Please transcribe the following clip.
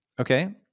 Okay